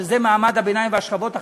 שזה מעמד הביניים והשכבות החלשות,